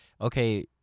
okay